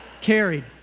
carried